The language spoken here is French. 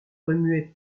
remuait